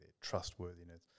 trustworthiness